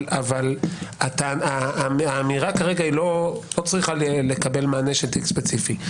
אבל האמירה כרגע היא לא צריכה לקבל מענה של תיק ספציפי.